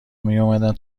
میومدن